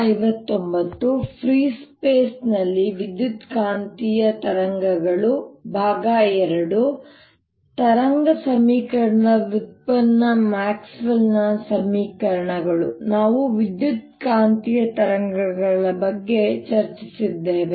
free space ನಲ್ಲಿ ವಿದ್ಯುತ್ಕಾಂತೀಯ ಅಲೆಗಳು II ತರಂಗ ಸಮೀಕರಣದ ವ್ಯುತ್ಪನ್ನ ಮ್ಯಾಕ್ಸ್ವೆಲ್ನ ಸಮೀಕರಣಗಳು ನಾವು ವಿದ್ಯುತ್ಕಾಂತೀಯ ತರಂಗಗಳ ಬಗ್ಗೆ ಚರ್ಚಿಸುತ್ತಿದ್ದೇವೆ